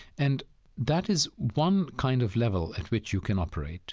and that is one kind of level at which you can operate